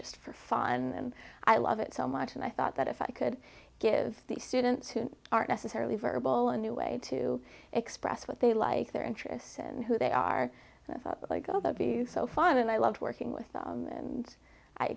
just for fun and i love it so much and i thought that if i could give the students who aren't necessarily verbal a new way to express what they like their interests in who they are like oh that be so fun and i loved working with them and i